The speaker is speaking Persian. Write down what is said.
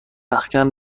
رختکن